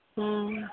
हँ